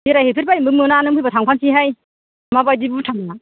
बेरायहैफेरबायनोबो मोना नों फैबा थांफानोसैहाय मा बायदि भुटाना